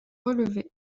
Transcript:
relevées